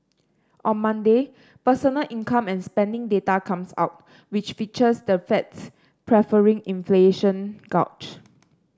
on Monday personal income and spending data comes out which features the Fed's preferred inflation gauge